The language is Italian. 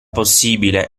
possibile